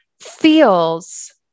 feels